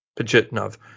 Pajitnov